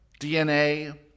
DNA